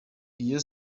iyo